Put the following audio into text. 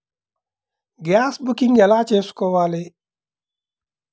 Gas booking ఎలా చేసుకోవాలి?